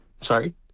Sorry